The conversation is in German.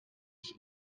ich